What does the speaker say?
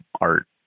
art